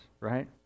right